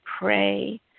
pray